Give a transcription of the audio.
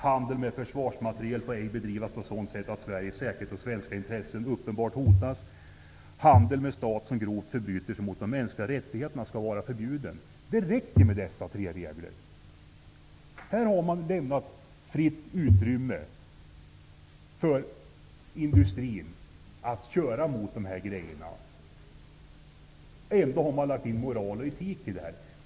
Handel med försvarsmateriel får ej bedrivas på sådant sätt att Sveriges säkerhet och svenska intressen uppenbart hotas. 3. Handel med stat som grovt förbryter sig mot de mänskliga rättigheterna skall vara förbjuden. Det räcker med dessa tre regler. Här har man lämnat fritt utrymme för industrin att arbeta. Ändå har man lagt in moral och etik.